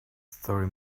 story